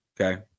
okay